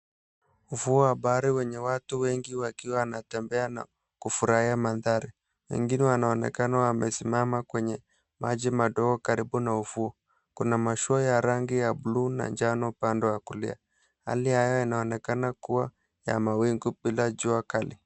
Ufuo wa bahari wenye watu wengi wakiwa wanatembea na kufurahia mandhari, wengine wanaonekana wamesimama kwenye maji madogo karibu na ufuo, kuna mashua ya rangi ya bluu na njano upande wa kulia hali ya hewa inaonekana kuwa ya mawingu bila jua kali.